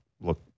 look